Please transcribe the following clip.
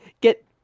get